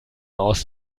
aus